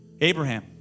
Abraham